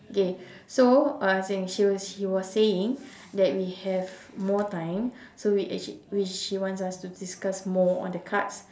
okay so I was saying she was she was saying that we have more time so we actually we she wants us to discuss more on the cards